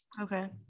okay